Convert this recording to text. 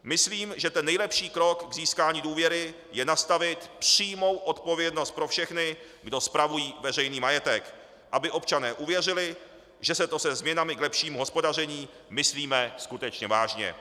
Myslím, že nejlepší krok k získání důvěry je nastavit přímou odpovědnost pro všechny, kdo spravují veřejný majetek, aby občané uvěřili, že to se změnami k lepšímu hospodaření myslíme skutečně vážně.